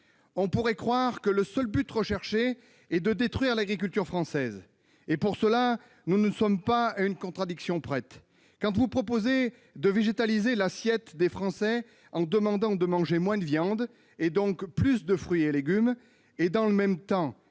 On pourrait croire que le seul but est de détruire l'agriculture française ! Pour cela, nous ne sommes pas à une contradiction près. Quand vous proposez de végétaliser l'assiette des Français, en demandant de manger moins de viande et donc plus de fruits et légumes, et quand dans le même temps